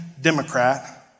Democrat